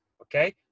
okay